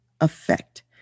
effect